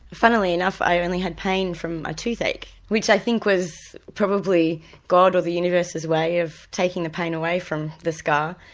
funnily enough i only had pain from a toothache which i think was probably god or the universe's way of taking the pain away from the scar.